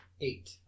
Eight